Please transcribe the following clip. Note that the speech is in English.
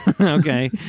Okay